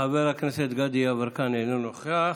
חבר הכנסת גדי יברקן, אינו נוכח.